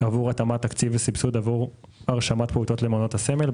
עבור התאמת תקציב וסבסוד עבור הרשמת פעוטות למעונות הסמל,